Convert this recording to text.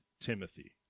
Timothy